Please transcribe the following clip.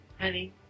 honey